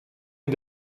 est